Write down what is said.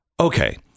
Okay